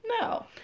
no